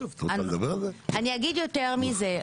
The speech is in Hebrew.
אני אגיד יותר מזה,